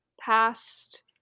past